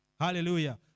Hallelujah